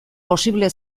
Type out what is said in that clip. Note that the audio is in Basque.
posible